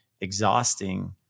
exhausting